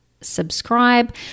subscribe